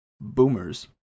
Boomers